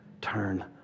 turn